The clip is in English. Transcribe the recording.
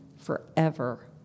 forever